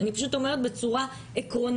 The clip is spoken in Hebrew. אני פשוט אומרת בצורה עקרונית,